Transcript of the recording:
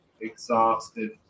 exhausted